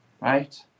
right